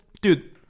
Dude